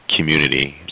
community